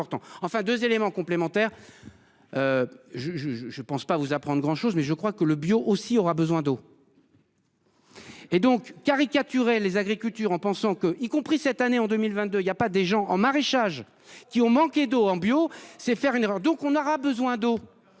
enfin 2 éléments complémentaires. Je je je je pense pas vous apprendre grand-chose mais je crois que le bio aussi aura besoin d'eau. Et donc caricaturer les agricultures en pensant que y compris cette année en 2022, il y a pas des gens en maraîchage qui ont manqué d'eau en bio, c'est faire une erreur, donc on aura besoin d'eau.